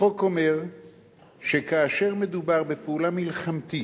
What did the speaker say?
החוק אומר שכאשר מדובר בפעולה מלחמתית,